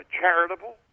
charitable